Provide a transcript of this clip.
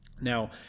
Now